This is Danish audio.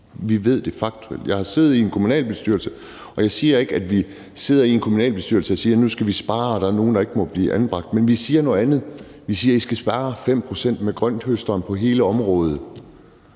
Vi ved det faktuelt. Jeg har siddet i en kommunalbestyrelse – og jeg siger ikke, at vi sidder i en kommunalbestyrelse og siger, at nu skal vi spare, og at der er nogle, der ikke må blive anbragt, men vi siger noget andet. Vi siger: Nu skal I spare 5 pct. med grønthøsteren på hele området.